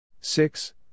Six